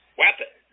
weapon